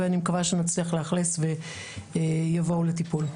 ואני מקווה שנצליח לאכלס ויבואו לטיפול.